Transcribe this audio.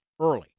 early